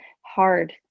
hard